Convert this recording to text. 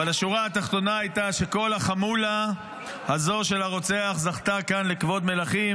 אבל השורה התחתונה הייתה שכל החמולה הזו של הרוצח זכתה כאן לכבוד מלכים.